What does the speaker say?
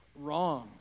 wrong